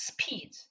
speed